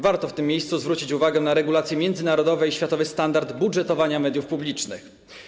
Warto w tym miejscu zwrócić uwagę na regulacje międzynarodowe i światowy standard budżetowania mediów publicznych.